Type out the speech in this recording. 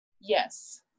Yes